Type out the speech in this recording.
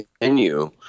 continue